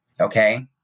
okay